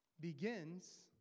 begins